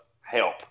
help